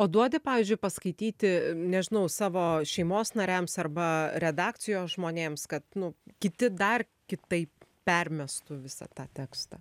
o duodi pavyzdžiui paskaityti nežinau savo šeimos nariams arba redakcijos žmonėms kad nu kiti dar kitaip permestų visą tą tekstą